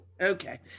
Okay